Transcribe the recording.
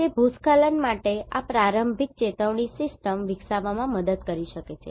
તે ભૂસ્ખલન માટે આ પ્રારંભિક ચેતવણી સિસ્ટમ વિકસાવવામાં મદદ કરી શકે છે